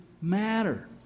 matter